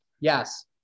Yes